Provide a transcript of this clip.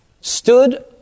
stood